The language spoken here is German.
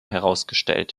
herausgestellt